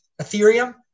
Ethereum